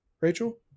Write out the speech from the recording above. Rachel